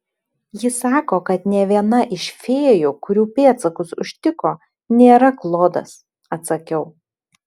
ji sako kad nė viena iš fėjų kurių pėdsakus užtiko nėra klodas atsakiau